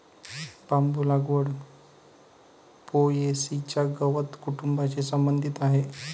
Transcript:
बांबू लागवड पो.ए.सी च्या गवत कुटुंबाशी संबंधित आहे